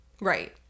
right